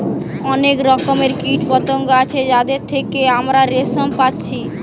অনেক রকমের কীটপতঙ্গ আছে যাদের থিকে আমরা রেশম পাচ্ছি